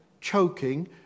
choking